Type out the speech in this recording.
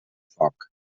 foc